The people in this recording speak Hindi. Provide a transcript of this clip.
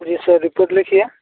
जी सर रिपॉर्ट लिखिए